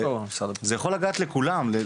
אבל זה יכול לגעת לכולם,